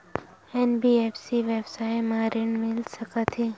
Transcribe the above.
NBFC व्यवसाय मा ऋण मिल सकत हे